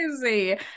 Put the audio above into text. Crazy